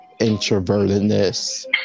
introvertedness